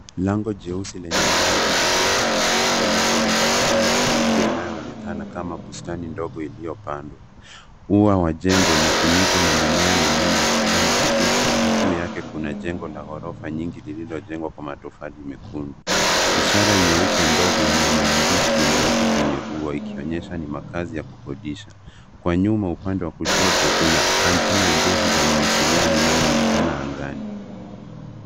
Lango jeusi lenye milango miwili likiongoza kqenye barabara ya kuingia inayoonekana kama bustani ndogo iliyopandwa. Ua wa jengo umefunikwa na mimea minene ya kijani kibichi na juu yake kuna jengo la ghorofa nyingi zilizojengwa kwa matofali mekundu. Ishara nyeupe ndogoo yenye maandishi imewekwa kwenye ua ikionyesha ni ni makazi ya kukodisha. Kwa nyuma upande wa kushoto kuna antena ndefu za mawasiliano inayoonekana angani.